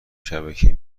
شبکهای